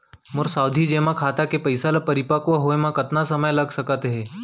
मोर सावधि जेमा खाता के पइसा ल परिपक्व होये म कतना समय लग सकत हे?